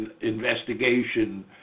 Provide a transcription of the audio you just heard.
investigation